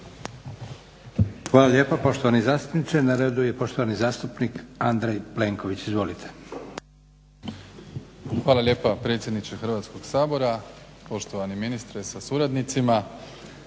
Hvala lijepa poštovani zastupniče. Na redu je poštovani zastupnik Andrej Plenković. Izvolite. **Plenković, Andrej (HDZ)** Hvala lijepa predsjedniče Hrvatskog sabora, poštovani ministre sa suradnicima.